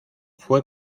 fue